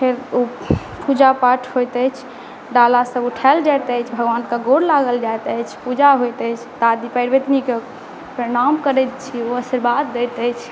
फेर ओ पूजा पाठ होइत अछि डाला सब उठायल जाइत अछि भगवान् के गोर लागल जाइत अछि पूजा होइत अछि दादी व्रतनि के प्रणाम करै छी ओ आशीर्वाद दैत अछि